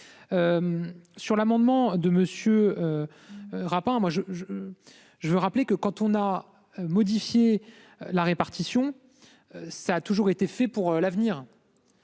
Sur l'amendement de Monsieur. Raffarin moi je je. Je veux rappeler que quand on a modifié la répartition. Ça a toujours été fait pour l'avenir.